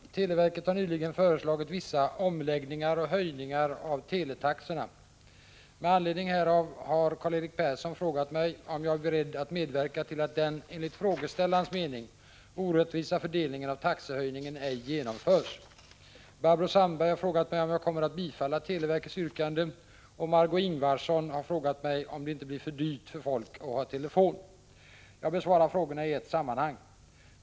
Herr talman! Televerket har nyligen föreslagit vissa omläggningar och höjningar av teletaxorna. Med anledning härav har Karl-Erik Persson frågat mig om jag är beredd att medverka till att den, enligt frågeställarens mening, orättvisa fördelningen av taxehöjningen ej genomförs. Barbro Sandberg har frågat mig om jag kommer att bifalla televerkets yrkande, och Margö Ingvardsson har frågat mig om det inte blir för dyrt för folk att ha telefon. Jag besvarar frågorna i ett sammanhang.